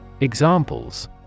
Examples